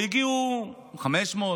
והגיעו 500,